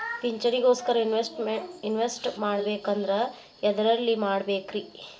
ಪಿಂಚಣಿ ಗೋಸ್ಕರ ಇನ್ವೆಸ್ಟ್ ಮಾಡಬೇಕಂದ್ರ ಎದರಲ್ಲಿ ಮಾಡ್ಬೇಕ್ರಿ?